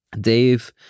Dave